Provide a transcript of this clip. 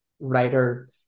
writer